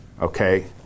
Okay